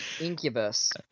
Incubus